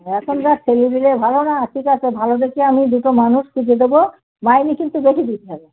এখন যা ছেলেপিলে ভালো না ঠিক আছে ভালো দেখে আমি দুটো মানুষ খুঁজে দেবো মাইনে কিন্তু বেশি দিতে হবে